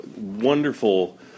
wonderful